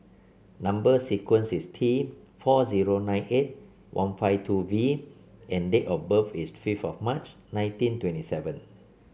number sequence is T four zero nine eight one five two V and date of birth is fifth of March nineteen twenty seven